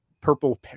purple